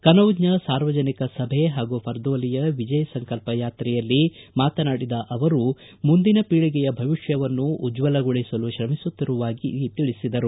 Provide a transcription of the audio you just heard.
ಕನೌಜ್ನ ಸಾರ್ವಜನಿಕ ಸಭೆ ಹಾಗೂ ಫರ್ದೋಲಿಯ ವಿಜಯ ಸಂಕಲ್ಪ ಯಾಕ್ರೆಯಲ್ಲಿ ಮಾತನಾಡಿದ ಅವರು ಮುಂದಿನ ಪೀಳಗೆಯ ಭವಿಷ್ಠವನ್ನು ಉಜ್ವಲಗೊಳಿಸಲು ಶ್ರಮಿಸುತ್ತಿರುವುದಾಗಿ ತಿಳಿಸಿದರು